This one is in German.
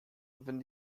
wenn